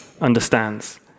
understands